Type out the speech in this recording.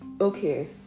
Okay